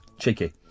cheeky